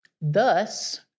thus